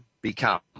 become